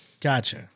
Gotcha